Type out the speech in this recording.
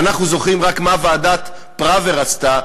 ואנחנו זוכרים רק מה ועדת פראוור עשתה,